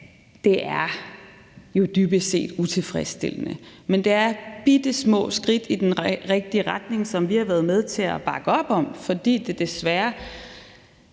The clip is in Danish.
er jo dybest set utilfredsstillende. Men det er bittesmå skridt i den rigtig retning, som vi har været med til at bakke op om, fordi det desværre